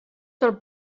del